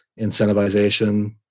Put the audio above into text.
incentivization